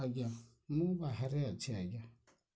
ଆଜ୍ଞା ମୁଁ ବାହାରେ ଅଛି ଆଜ୍ଞା